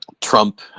trump